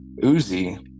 Uzi